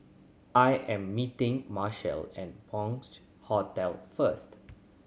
I am meeting Marshal at Bunc Hostel first